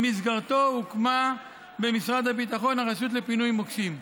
שבמסגרתו הוקמה במשרד הביטחון הרשות לפינוי מוקשים.